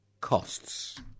costs